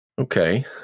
Okay